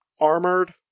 armored